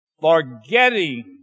Forgetting